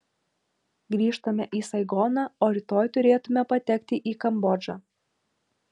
grįžtame į saigoną o rytoj turėtume patekti į kambodžą